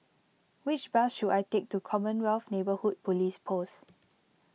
which bus should I take to Commonwealth Neighbourhood Police Post